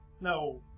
No